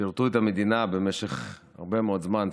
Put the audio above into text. ששירתו את המדינה במשך הרבה מאוד זמן,